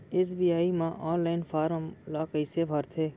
SBI म online form ल कइसे भरथे?